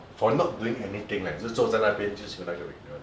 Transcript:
orh for not doing anything leh 就坐在那边就写那个 renewal